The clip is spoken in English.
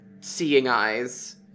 seeing-eyes